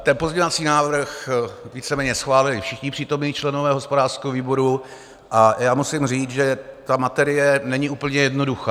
Ten pozměňovací návrh více méně schválili všichni přítomní členové hospodářského výboru a já musím říct, že ta materie není úplně jednoduchá.